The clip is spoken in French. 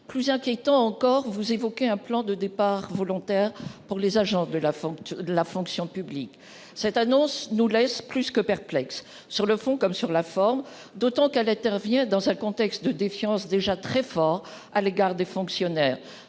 plus inquiétant encore, vous évoquez un plan de départs volontaires pour les agents de la forme de la fonction publique cette annonce nous laisse plus que perplexe sur le fond comme sur la forme, d'autant qu'avait, dans un contexte de défiance déjà très fort à l'égard des fonctionnaires,